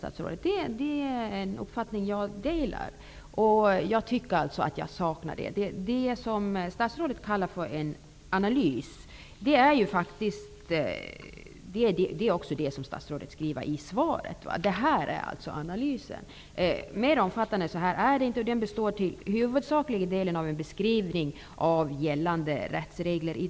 Jag delar den uppfattningen. Jag tycker att jag saknar analysen. Det som statsrådet kallar en analys är detsamma som statsrådet sade i sitt svar. Svaret är alltså analysen. Mer omfattande är inte analysen. Den består huvudsakligen av en beskrivning av i dag gällande rättsregler.